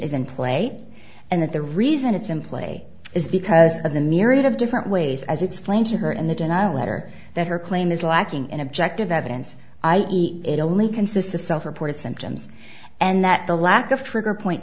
in play and that the reason it's in play is because of the myriad of different ways as explained to her and the denial letter that her claim is lacking in objective evidence i e it only consists of self reported symptoms and that the lack of trigger point